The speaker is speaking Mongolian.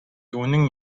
үнэн